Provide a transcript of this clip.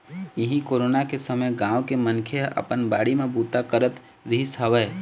इहीं कोरोना के समे गाँव के मनखे ह अपन बाड़ी म बूता करत रिहिस हवय